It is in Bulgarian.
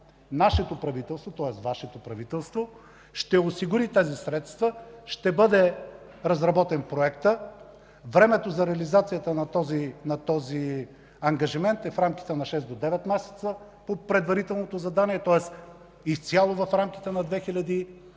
нашето правителство, тоест Вашето правителство, ще осигури тези средства, ще бъде разработен проектът. Времето за реализацията на този ангажимент е в рамките на 6 до 9 месеца, по предварителното задание, тоест изцяло в рамките на 2015